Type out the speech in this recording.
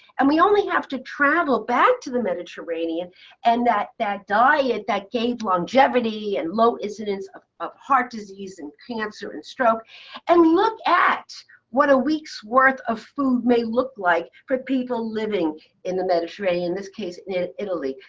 and we only have to travel back to the mediterranean and that that diet that gave longevity and low incidence of of heart disease and cancer and stroke and look at what a week's worth of food may look like for people living in the mediterranean, in this case, in in italy.